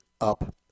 up